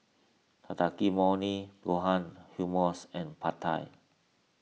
Takikomi Gohan Hummus and Pad Thai